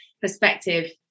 perspective